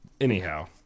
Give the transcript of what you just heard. anyhow